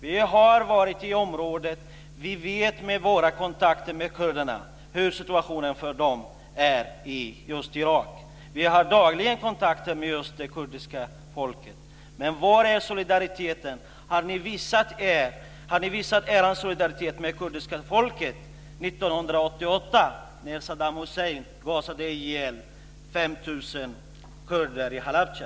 Vi har varit i området. Vi vet, genom våra kontakter med kurderna, hurdan deras situation är just i Irak. Vi har dagligen kontakter med det kurdiska folket. Men var är solidariteten? Har ni visat er solidaritet med det kurdiska folket 1988, när Saddam Hussein gasade ihjäl 5 000 kurder i Halabja?